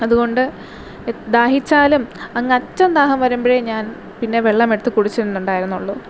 അതു കൊണ്ട് ദാഹിച്ചാലും അങ്ങേ അറ്റം ദാഹം വരുമ്പോഴേ ഞാൻ പിന്നെ വെള്ളം എടുത്തു കുടിച്ചിട്ടുണ്ടായിരുന്നുള്ളൂ